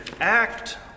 act